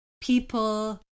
people